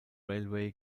railway